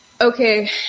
Okay